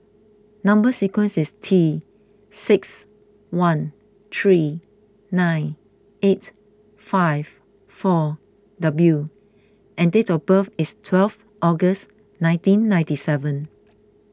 Number Sequence is T six one three nine eight five four W and date of birth is twelve August nineteen ninety seven